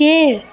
கீழ்